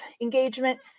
engagement